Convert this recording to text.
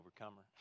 overcomer